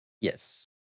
Yes